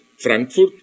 Frankfurt